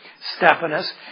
Stephanus